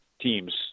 teams